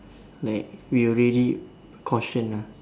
like we already caution ah